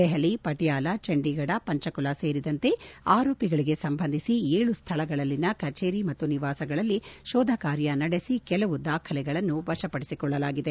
ದೆಹಲಿ ಪಟಯಾಲಾ ಚಂಡೀಗಢ ಪಂಚಕುಲ ಸೇರಿದಂತೆ ಆರೋಪಿಗಳಿಗೆ ಸಂಬಂಧಿಸಿ ಏಳು ಸ್ವಳಗಳಲ್ಲಿನ ಕಚೇರಿ ಮತ್ತು ನಿವಾಸಗಳಲ್ಲಿ ಶೋಧ ಕಾರ್ಯ ನಡೆಸಿ ಕೆಲವು ದಾಖಲೆಗಳನ್ನು ವಶಪಡಿಸಿಕೊಳ್ಳಲಾಗಿದೆ